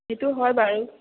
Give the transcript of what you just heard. সেইটো হয় বাৰু